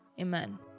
amen